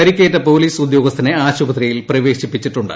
പരിക്കേറ്റ ് പോലീസ് ഉദ്യോഗസ്ഥനെ ആശുപത്രിയിൽ പ്രവേശിപ്പിച്ചിട്ടുണ്ട്